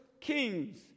Kings